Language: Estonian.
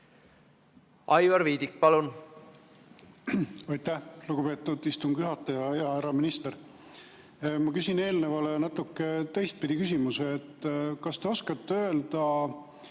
Aivar Viidik, palun!